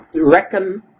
reckon